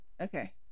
Okay